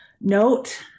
Note